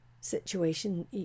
situation